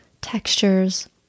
textures